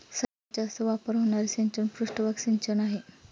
सर्वात जास्त वापर होणारे सिंचन पृष्ठभाग सिंचन आहे